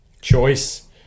choice